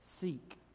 Seek